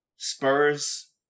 Spurs